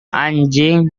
anjing